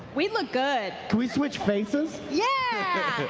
we look good. can we switch place s? yeah